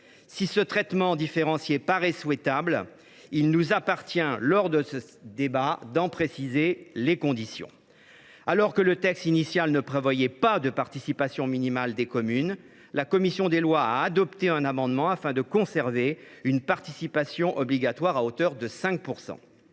Si ce traitement différencié paraît souhaitable, il nous appartient, lors de ce débat, d’en préciser les conditions. Alors que le texte initial ne prévoyait pas de participation minimale des communes, la commission des lois a adopté un amendement afin de conserver une participation obligatoire à hauteur de 5 %.